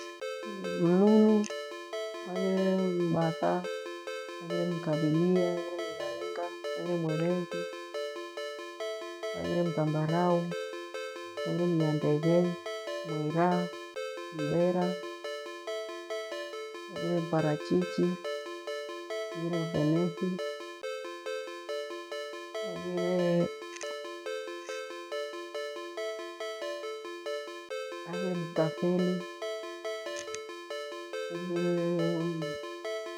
Mkulu haghire mbatha, haghire kavilia, haghire mringringa haghire mwerenzi, haghire mthambarau, haghire mnyandaghe, haghire mwira, haghire mbela, parachichi, haghire mfenethi, haghire mthtafeli haghire.